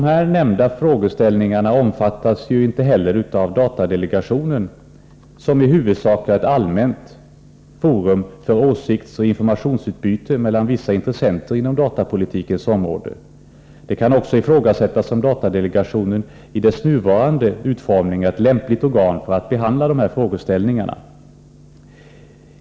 Dessa nämnda frågeställningar omfattas inte heller av uppgifterna för datadelegationen, som i huvudsak är ett allmänt forum för åsiktsoch informationsutbyte mellan vissa intressenter inom datapolitikens område. Det kan också ifrågasättas om datadelegationen i dess nuvarande utformning är ett lämpligt organ att behandla dessa frågeställningar.